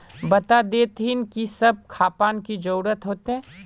बता देतहिन की सब खापान की जरूरत होते?